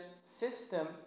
system